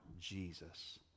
Jesus